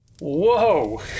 Whoa